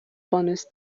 bonus